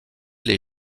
les